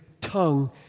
tongue